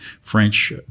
French